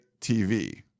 TV